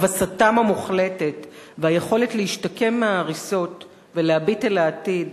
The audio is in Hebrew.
הבסתם המוחלטת והיכולת להשתקם מההריסות ולהביט אל העתיד